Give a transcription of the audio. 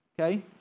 okay